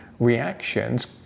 reactions